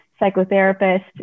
psychotherapist